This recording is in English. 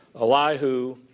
Elihu